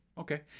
Okay